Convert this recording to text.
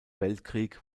weltkrieg